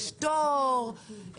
יש תור,